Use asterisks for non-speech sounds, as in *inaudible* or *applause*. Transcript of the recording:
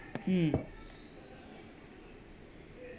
mm *noise*